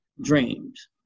dreams